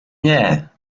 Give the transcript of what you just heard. nie